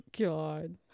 God